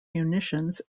munitions